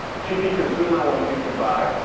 cheapy consumer ones you can buy,